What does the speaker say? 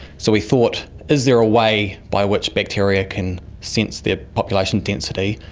so we thought is there a way by which bacteria can sense the ah population density,